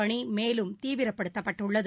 பணிமேலும் தீவிரப்படுத்தப்பட்டுள்ளது